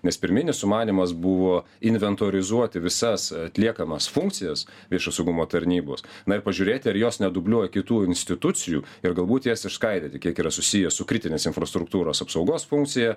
nes pirminis sumanymas buvo inventorizuoti visas atliekamas funkcijas viešojo saugumo tarnybos na ir pažiūrėti ar jos nedubliuoja kitų institucijų ir galbūt jas išskaidyti kiek yra susiję su kritinės infrastruktūros apsaugos funkcija